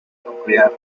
nuclear